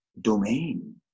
domain